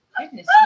Goodness